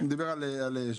הוא דיבר על 700,